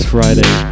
Friday